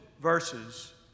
verses